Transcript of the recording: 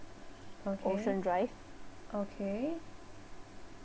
okay okay